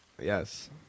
Yes